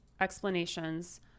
explanations